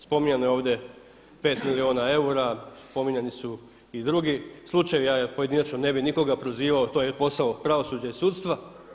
Spominjano je ovdje pet milijuna eura, spominjani su i drugi slučajevi, ja pojedinačno nikoga ne bi prozivao to je posao pravosuđa i sudstva.